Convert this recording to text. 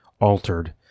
altered